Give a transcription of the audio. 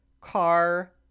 car